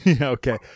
Okay